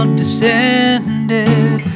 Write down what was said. descended